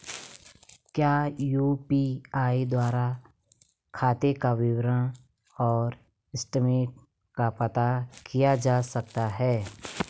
क्या यु.पी.आई द्वारा खाते का विवरण और स्टेटमेंट का पता किया जा सकता है?